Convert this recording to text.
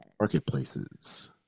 marketplaces